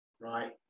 right